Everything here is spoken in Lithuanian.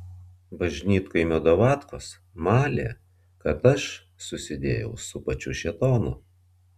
bažnytkaimio davatkos malė kad aš susidėjau su pačiu šėtonu